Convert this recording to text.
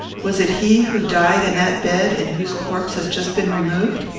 was it he who died in that bed, and whose corpse has just been removed?